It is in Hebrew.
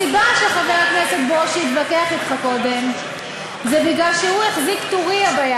דברי אני מבקש לברך את שר הרווחה חבר הכנסת חיים כץ ואת שר